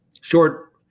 short